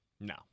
No